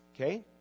Okay